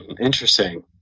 Interesting